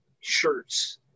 shirts